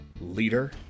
leader